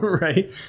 Right